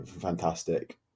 fantastic